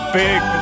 big